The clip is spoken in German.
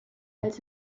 als